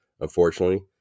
Unfortunately